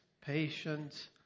patience